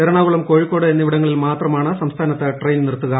എറണാകുളം കോഴിക്കോട് എന്നിവിടങ്ങളിൽ മാത്രമാണ് സംസ്ഥാനത്ത് ട്രെയിൻ നിർത്തുക